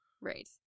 Right